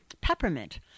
Peppermint